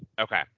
Okay